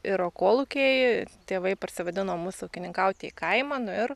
iro kolūkiai tėvai parsivadino namus ūkininkauti į kaimą nu ir